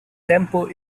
tempo